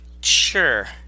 sure